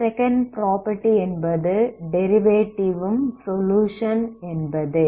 second property என்பது எந்த derivative ம் சொலுயுஷன் என்பதே